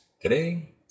Today